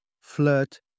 flirt